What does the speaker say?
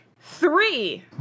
Three